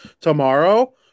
tomorrow